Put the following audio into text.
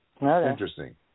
Interesting